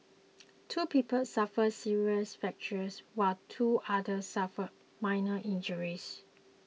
two people suffered serious fractures while two others suffered minor injuries